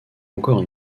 encore